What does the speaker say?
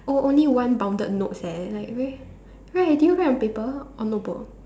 oh only one bounded notes eh like very right do you write on paper or notebook